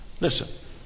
listen